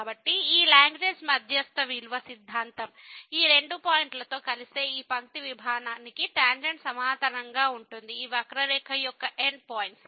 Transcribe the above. కాబట్టి ఈ లాగ్రేంజ్ మధ్యస్థ విలువ సిద్ధాంతం ఈ రెండు పాయింట్లతో కలిసే ఈ పంక్తి విభాగానికి టాంజెంట్ సమాంతరంగా ఉంటుంది ఈ వక్రరేఖ యొక్క ఎండ్ పాయింట్స్